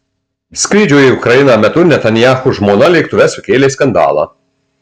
skrydžio į ukrainą metu netanyahu žmona lėktuve sukėlė skandalą